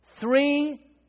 Three